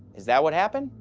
is that what happened?